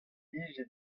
bije